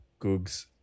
Googs